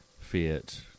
fiat